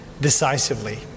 decisively